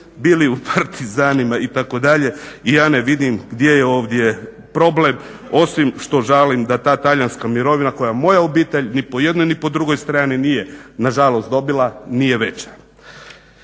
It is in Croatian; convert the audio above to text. bili u partizanima itd. i ja ne vidim gdje je ovdje problem osim što žalim da ta talijanska mirovina koja moja obitelj ni po jednoj ni po drugoj strani nije nažalost dobila nije veća.